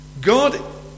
God